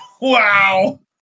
Wow